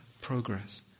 progress